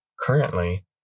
currently